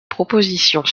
propositions